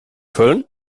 köln